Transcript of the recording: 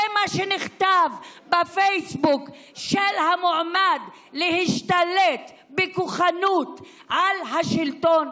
זה מה שנכתב בפייסבוק של המועמד להשתלט בכוחנות על השלטון,